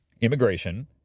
immigration